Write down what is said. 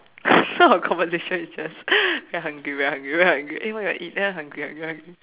so our conversation is just very hungry very hungry very hungry eh what you want to eat then I hungry hungry hungry